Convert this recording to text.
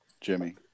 jimmy